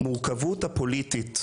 המורכבות הפוליטית,